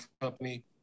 company